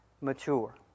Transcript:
mature